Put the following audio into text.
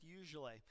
usually